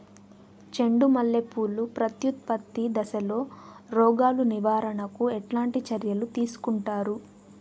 చెండు మల్లె పూలు ప్రత్యుత్పత్తి దశలో రోగాలు నివారణకు ఎట్లాంటి చర్యలు తీసుకుంటారు?